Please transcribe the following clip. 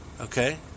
Okay